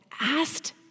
asked